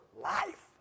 life